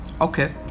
Okay